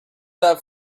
that